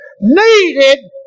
needed